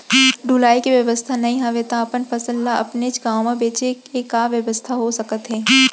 ढुलाई के बेवस्था नई हवय ता अपन फसल ला अपनेच गांव मा बेचे के का बेवस्था हो सकत हे?